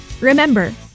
Remember